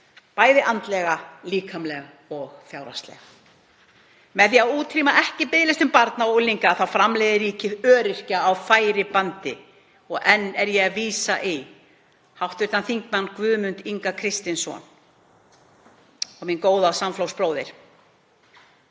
bæði andlega, líkamlega og fjárhagslega. Með því að útrýma ekki biðlistum barna og unglinga framleiðir ríkið öryrkja á færibandi og enn er ég að vísa í hv. þm. Guðmund Inga Kristinsson, minn góða flokksbróður.